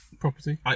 Property